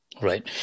Right